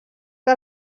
que